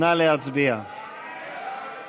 ההסתייגות מס' 3 לא התקבלה.